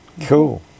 Cool